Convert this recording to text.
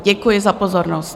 Děkuji za pozornost.